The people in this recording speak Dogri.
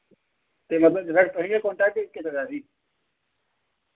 ते मतलब तुसें गै कंटैक्ट कीता जाए फ्ही